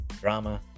drama